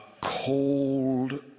cold